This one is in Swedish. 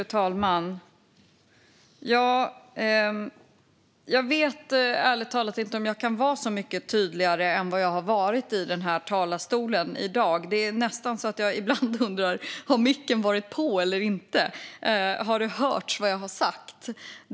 Fru talman! Jag vet, ärligt talat, inte om jag kan vara så mycket tydligare än vad jag har varit i denna talarstol i dag. Det är nästan så att jag ibland undrar om micken har varit på eller inte och om det har hörts vad jag har sagt.